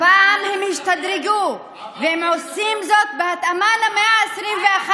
הפעם הם השתדרגו, והם עושים זאת בהתאמה למאה ה-21,